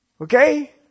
Okay